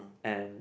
and